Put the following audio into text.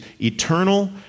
eternal